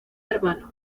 hermano